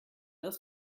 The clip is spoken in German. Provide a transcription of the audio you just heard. aus